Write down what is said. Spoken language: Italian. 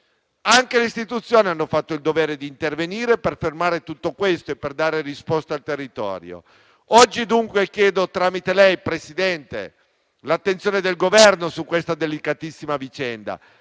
Anche le istituzioni hanno il dovere di intervenire per fermare tutto questo e dare risposte al territorio. Oggi dunque chiedo, tramite lei, Presidente, l'attenzione del Governo su questa delicatissima vicenda